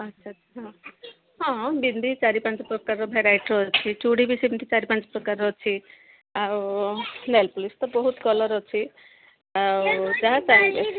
ଆଚ୍ଛାଛା ହଁ ହଁ ବିନ୍ଦି ଚାରି ପାଞ୍ଚ ପ୍ରକାର ଭେରାଇଟିର ଅଛି ଚୁଡ଼ି ବି ସେମିତି ଚାରି ପାଞ୍ଚ ପ୍ରକାର ଅଛି ଆଉ ନେଲପଲିସ୍ ତ ବହୁତ କଲର୍ ଅଛି ଆଉ ଯାହା ଚାହିଁବେ